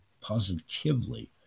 positively